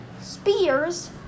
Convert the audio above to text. spears